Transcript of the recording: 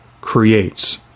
creates